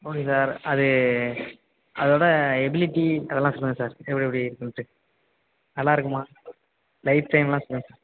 okay sir அது அதோட ability அதெல்லாம் சொல்லுங்கள் சார் எப்படி எப்படி இருக்குன்ட்டு நல்லா இருக்குமா லைஃப் டைம்லாம் சொல்லுங்கள் சார்